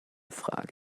frage